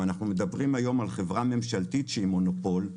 אם אנחנו מדברים היום על חברה ממשלתית שהיא מונופול,